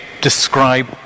describe